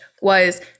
was-